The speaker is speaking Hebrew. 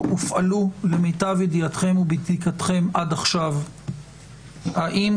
הופעלו למיטב ידיעתכם ובדיקתכם עד עכשיו כלים